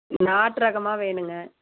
நாட்டு ரகமாக வேணுங்க